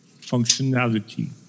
functionality